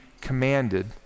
commanded